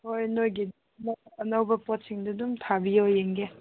ꯍꯣꯏ ꯅꯣꯏꯒꯤ ꯑꯅꯧ ꯑꯅꯧꯕ ꯄꯣꯠꯁꯤꯡꯗꯣ ꯑꯗꯨꯝ ꯊꯥꯕꯤꯌꯣ ꯌꯦꯡꯒꯦ